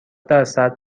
درصد